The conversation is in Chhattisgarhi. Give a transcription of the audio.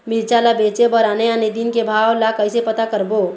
मिरचा ला बेचे बर आने आने दिन के भाव ला कइसे पता करबो?